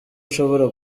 nshobora